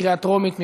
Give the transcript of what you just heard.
בקריאה טרומית.